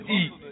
eat